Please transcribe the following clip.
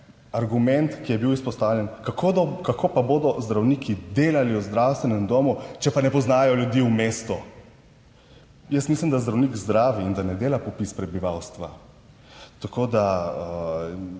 argument, ki je bil izpostavljen, kako pa bodo zdravniki delali v zdravstvenem domu, če pa ne poznajo ljudi v mestu. Jaz mislim, da zdravnik zdravi in da ne dela popis prebivalstva, tako da